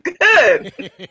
good